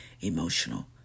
emotional